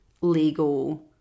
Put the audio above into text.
legal